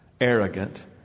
arrogant